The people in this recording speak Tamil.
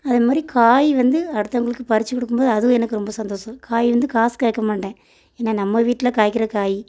அது மாதிரி காய் வந்து அடுத்தவங்களுக்கு பறித்து கொடுக்கும்போது அதுவும் எனக்கு ரொம்ப சந்தோஷம் காய் வந்து காசு கேட்க மாட்டேன் ஏன்னா நம்ம வீட்டில் காய்க்கிற காய்